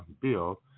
Bill